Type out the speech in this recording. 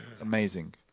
Amazing